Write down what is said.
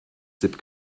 zip